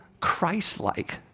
Christ-like